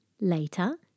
Later